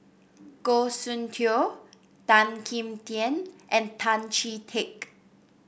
Goh Soon Tioe Tan Kim Tian and Tan Chee Teck